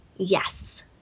yes